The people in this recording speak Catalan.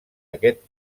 aquest